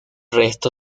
resto